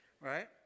right